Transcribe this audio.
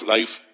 Life